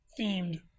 themed